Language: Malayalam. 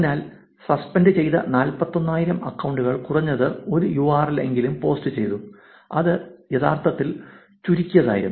അതിനാൽ സസ്പെൻഡ് ചെയ്ത 41 ആയിരം അക്കൌണ്ടുകൾ കുറഞ്ഞത് ഒരു യുആർഎൽ എങ്കിലും പോസ്റ്റ് ചെയ്തു അത് യഥാർത്ഥത്തിൽ ചുരുക്കിയതായിരുന്നു